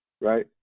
right